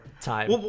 time